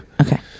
Okay